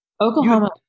Oklahoma –